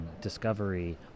discovery